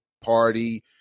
party